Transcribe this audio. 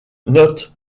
note